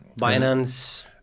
Binance